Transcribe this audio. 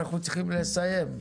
המנכ"ל, אנחנו צריכים לסיים.